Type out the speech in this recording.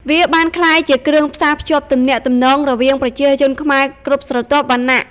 វាបានក្លាយជាគ្រឿងផ្សារភ្ជាប់ទំនាក់ទំនងរវាងប្រជាជនខ្មែរគ្រប់ស្រទាប់វណ្ណៈ។